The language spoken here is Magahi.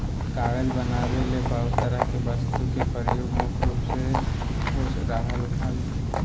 कागज बनावे ले बहुत तरह के वस्तु के प्रयोग मुख्य रूप से हो रहल हल